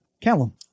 Callum